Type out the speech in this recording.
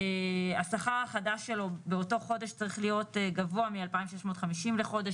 השכרה חדש שלו באותו חודש צריך להיות גבוה מ-2,650 לחודש,